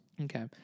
Okay